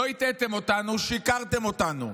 לא הטעיתם אותנו, שיקרתם לנו.